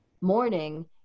morning